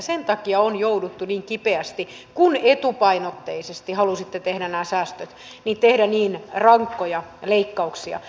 sen takia on jouduttu niin kipeästi kun etupainotteisesti halusitte tehdä nämä säästöt tekemään niin rankkoja leikkauksia